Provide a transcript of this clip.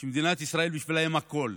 שמדינת ישראל היא בשבילם הכול,